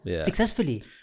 Successfully